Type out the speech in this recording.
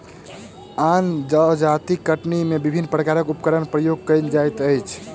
आन जजातिक कटनी मे विभिन्न प्रकारक उपकरणक प्रयोग कएल जाइत अछि